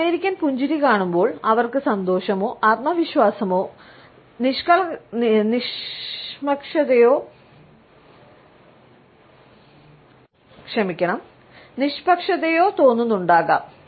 ഒരു അമേരിക്കൻ പുഞ്ചിരി കാണുമ്പോൾ അവർക്ക് സന്തോഷമോ ആത്മവിശ്വാസമോ നിഷ്പക്ഷതയോ തോന്നുന്നുണ്ടാകാം